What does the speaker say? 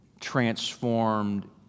transformed